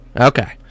okay